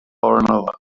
another